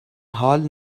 حال